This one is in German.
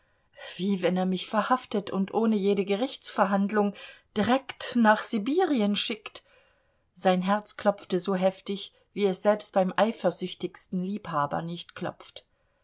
wie wenn er mich verhaftet und ohne jede gerichtsverhandlung direkt nach sibirien schickt sein herz klopfte so heftig wie es selbst beim eifersüchtigsten liebhaber nicht klopft